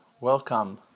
welcome